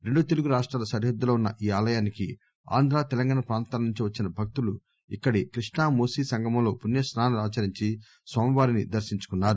రెండు తెలుగు రాష్టాల సరిహద్దుల్లో ఉన్న ఈ ఆలయానికి ఆంధ్ర తెలంగాణ ప్రాంతాల నుంచి వచ్చిన భక్తులు ఇక్కడి కృష్ణా మూసీ సంగమంలో పుణ్యస్పానాలు ఆచరించి స్వామివారిని దర్పించుకున్నారు